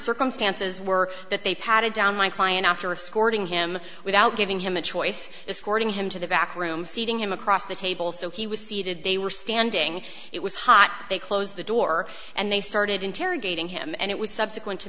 circumstances were that they patted down my client after scoring him without giving him a choice is courting him to the back room seating him across the table so he was seated they were standing it was hot they closed the door and they started interrogating him and it was subsequent to